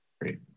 Great